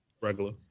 Regular